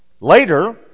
Later